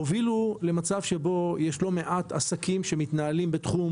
הובילו למצב שבו יש לא מעט עסקים שמתנהלים בתחום